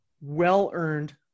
well-earned